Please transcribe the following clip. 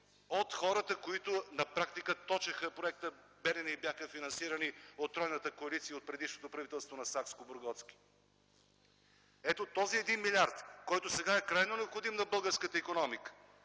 от хората, които на практика точиха проекта „Белене” и бяха финансирани от тройната коалиция и от предишното правителство на Сакскобургготски. Ето този един милиард, който сега е крайно необходим на българската икономика